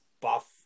buff